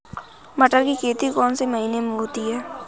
मटर की खेती कौन से महीने में होती है?